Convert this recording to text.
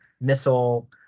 missile